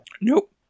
Nope